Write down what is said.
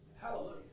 Hallelujah